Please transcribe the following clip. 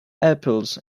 apples